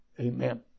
Amen